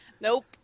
Nope